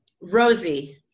Rosie